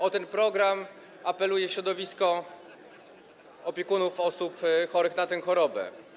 O ten program apeluje środowisko opiekunów osób chorych na tę chorobę.